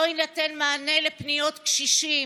לא יינתן מענה לפניות קשישים,